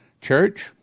church